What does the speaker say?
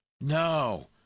No